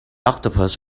octopus